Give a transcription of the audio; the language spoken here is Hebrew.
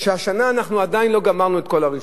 השנה לא גמרנו את כל הרישום,